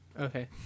Okay